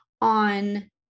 on